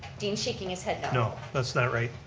dean's shaking his head no. no, that's not right.